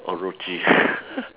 or